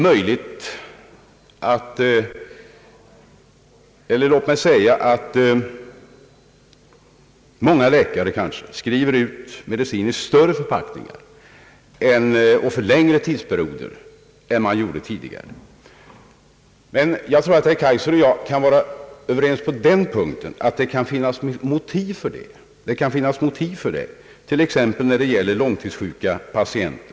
Många läkare skriver kanske ut medicin i större förpackningar och för längre tidsperioder än man gjorde tidigare, men jag tror att herr Kaijser och jag kan vara överens om att det kan finnas motiv för detta, t.ex. när det gäller långtidssjuka patienter.